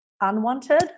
unwanted